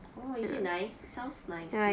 oh is it nice sounds nice